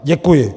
Děkuji.